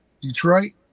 Detroit